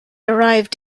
arrived